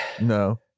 No